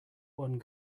one